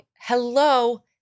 hello